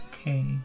Okay